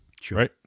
sure